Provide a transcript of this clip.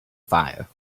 fire